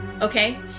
okay